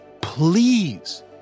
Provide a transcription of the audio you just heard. Please